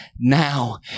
now